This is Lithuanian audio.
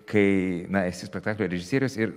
kai na esi spektaklio režisierius ir